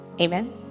Amen